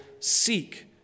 Seek